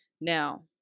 Now